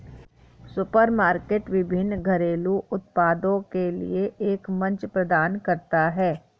supermarket विभिन्न घरेलू उत्पादों के लिए एक मंच प्रदान करता है